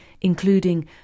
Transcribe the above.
including